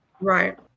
Right